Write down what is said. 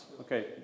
Okay